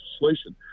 legislation